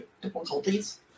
difficulties